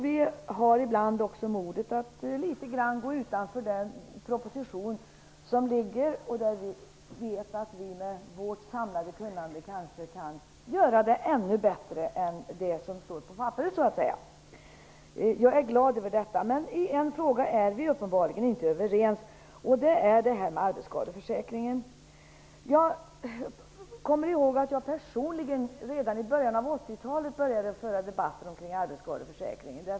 Vi har också ibland modet att gå litet utanför den proposition som vi behandlar, där vi vet att vi med vårt samlade kunnande kanske kan göra det ännu bättre än vad som föreslås på papperet. Jag är glad över detta, men i en fråga är vi uppenbarligen inte överens. Det gäller arbetsskadeförsäkringen. Jag kommer ihåg att jag personligen redan i början av 1980-talet började föra debatter om arbetsskadeförsäkringen.